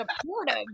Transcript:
supportive